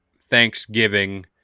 Thanksgiving